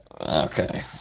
Okay